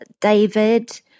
David